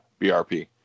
BRP